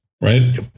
Right